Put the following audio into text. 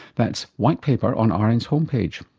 that's white paper on ah rn's home page.